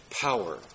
power